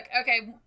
okay